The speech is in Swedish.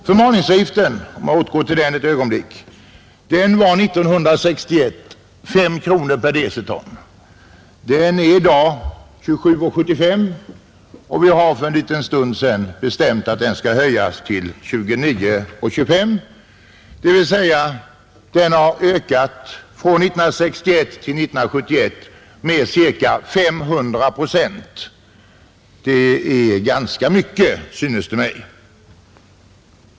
Förmalningsavgiften — om jag får återgå till den ett ögonblick — som 1961 var 5 kronor per deciton är i dag 27:75 kronor per deciton. Vi har för en liten stund sedan bestämt att den skall höjas till 29:25, dvs. den har ökat från 1961 till 1971 med ca 500 procent. Det är ganska mycket, synes det mig.